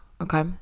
Okay